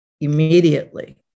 immediately